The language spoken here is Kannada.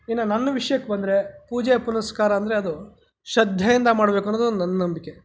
ಇನ್ನು ನನ್ನ ವಿಷ್ಯಕ್ಕೆ ಬಂದರೆ ಪೂಜೆ ಪುನಸ್ಕಾರ ಅಂದರೆ ಅದು ಶ್ರದ್ದೆಯಿಂದ ಮಾಡ್ಬೇಕು ಅನ್ನೋದು ನನ್ನ ನಂಬಿಕೆ